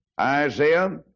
Isaiah